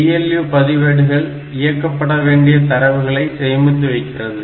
ALU பதிவேடுகள் இயக்கப்பட வேண்டிய தரவுகளை சேமித்து வைக்கிறது